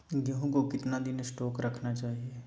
गेंहू को कितना दिन स्टोक रखना चाइए?